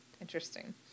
interesting